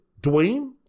Dwayne